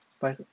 but it's